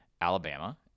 Alabama